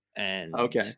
Okay